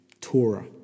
Torah